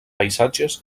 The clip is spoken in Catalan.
paisatges